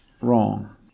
wrong